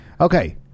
Okay